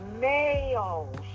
males